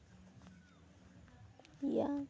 ᱤᱭᱟᱹ